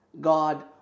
God